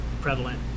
prevalent